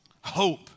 Hope